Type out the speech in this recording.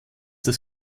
das